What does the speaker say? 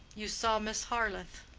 you saw miss harleth?